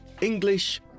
English